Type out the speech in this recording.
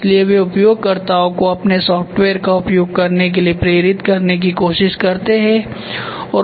इसलिए वे उपयोगकर्ताओं को अपने सॉफ़्टवेयर का उपयोग करने के लिए प्रेरित करने की कोशिश करते हैं